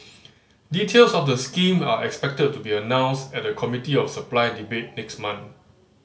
details of the scheme are expected to be announced at the Committee of Supply debate next month